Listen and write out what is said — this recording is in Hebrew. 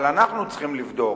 אבל אנחנו צריכים לבדוק,